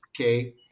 okay